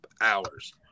hours